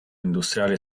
industriale